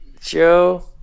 Joe